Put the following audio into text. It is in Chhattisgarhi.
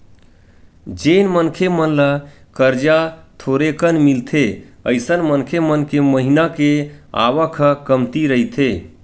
जेन मनखे मन ल करजा थोरेकन मिलथे अइसन मनखे मन के महिना के आवक ह कमती रहिथे